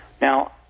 Now